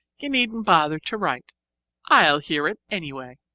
you needn't bother to write i'll hear it anyway.